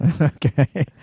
Okay